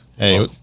Hey